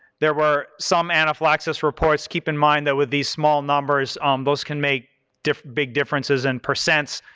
there were some anaphylaxis reports. keep in mind that with these small numbers those can make big differences in percents,